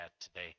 today